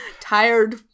Tired